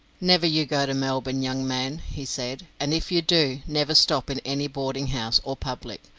never you go to melbourne, young man, he said, and if you do, never stop in any boarding-house, or public.